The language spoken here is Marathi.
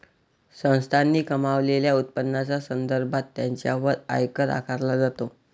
संस्थांनी कमावलेल्या उत्पन्नाच्या संदर्भात त्यांच्यावर आयकर आकारला जातो